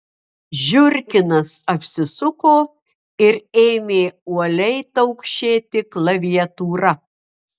žiurkinas apsisuko ir ėmė uoliai taukšėti klaviatūra